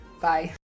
Bye